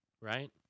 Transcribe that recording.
right